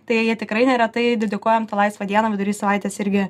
tai tikrai neretai dedikuojam tą laisvą dieną vidury savaitės irgi